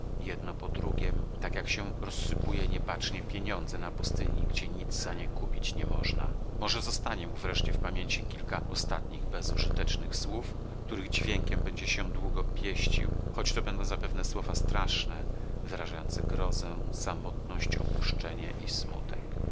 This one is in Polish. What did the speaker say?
jedno po drugiem tak jak się rozsypuje niebacznie pieniądze na pustyni gdzie nic za nie kupić nie można może zostanie mu wreszcie w pamięci kilka ostatnich bezużytecznych słów których dźwiękiem będzie się długo pieścił choć to będą zapewne słowa straszne wyrażające grozę samotność opuszczenie i smutek